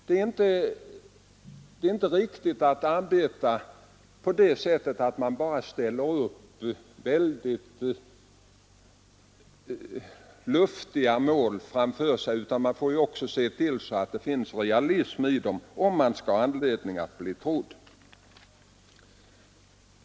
Det är inte riktigt att arbeta så att man bara ställer upp väldigt luftiga målsättningar framför sig, utan man får ju se till att det finns realism i målen om man skall ha utsikter att bli trodd.